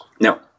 No